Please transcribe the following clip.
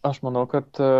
aš manau kad